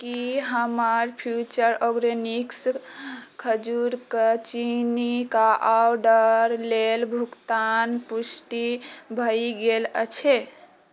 की हमर Future Organics खजूरक चीनी कऽ ऑर्डरके लेल भुगतानके पुष्टि भए गेल अछि